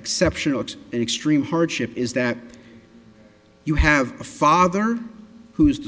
exceptional it's an extreme hardship is that you have a father who's t